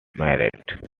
married